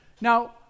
Now